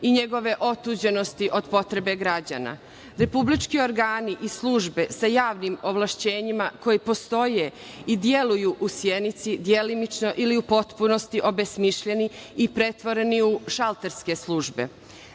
i njegove otuđenosti od potrebe građana. Republički organi i službe sa javnim ovlašćenjima koji postoje i deluju u Sjenici su delimično ili u potpunosti obesmišljeni i pretvoreni u šalterske službe.